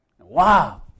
Wow